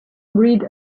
breed